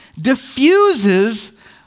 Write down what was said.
diffuses